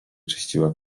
czyściła